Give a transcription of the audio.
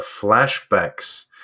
flashbacks